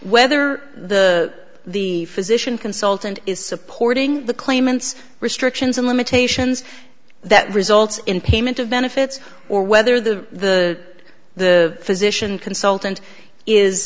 whether the the physician consultant is supporting the claimants restrictions and limitations that result in payment of benefits or whether the the physician consultant is